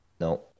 No